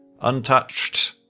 Untouched